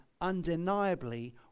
undeniably